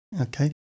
Okay